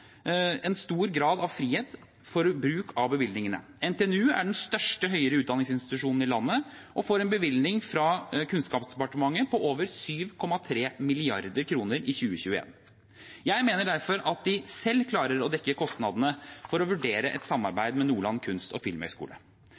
en stor grad av frihet for bruk av bevilgningene. NTNU er den største høyere utdanningsinstitusjonen i landet og får en bevilgning fra Kunnskapsdepartementet på over 7,3 mrd. kr i 2021. Jeg mener derfor at de selv klarer å dekke kostnadene for å vurdere et samarbeid med Nordland kunst- og